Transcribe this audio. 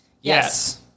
Yes